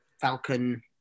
Falcon